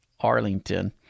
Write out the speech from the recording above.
arlington